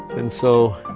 and so,